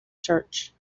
church